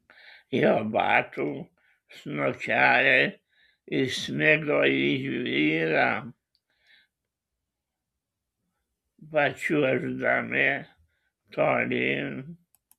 jo batų snukeliai įsmigo į žvyrą pačiuoždami tolyn